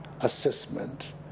assessment